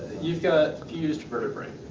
you've got fused vertebrae.